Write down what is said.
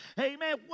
Amen